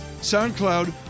SoundCloud